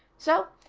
so,